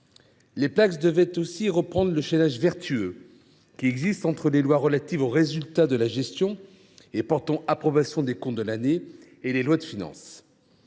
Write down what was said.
Les Placss devaient aussi reprendre le « chaînage vertueux » qui existe entre les lois relatives aux résultats de la gestion et portant approbation des comptes de l’année et les lois de finances.